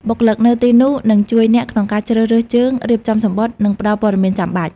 បុគ្គលិកនៅទីនោះនឹងជួយអ្នកក្នុងការជ្រើសរើសជើង រៀបចំសំបុត្រ និងផ្តល់ព័ត៌មានចាំបាច់។